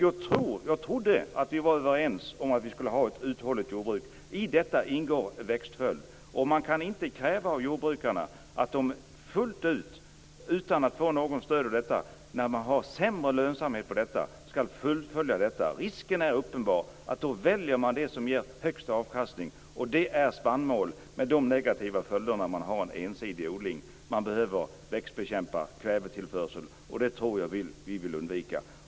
Jag trodde att vi var överens om att vi skulle ha ett uthålligt jordbruk. I detta ingår en växtföljd. Man kan inte kräva av jordbrukarna att de fullt ut skall fullfölja detta, utan att få något stöd för det, när man har sämre lönsamhet. Risken är uppenbar för att man då väljer det som ger högst avkastning, och det är spannmål, med de negativa följder en sådan ensidig odling innebär. Man behöver växtbekämpa och man behöver kvävetillförsel. Det tror jag att vi vill undvika.